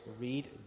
read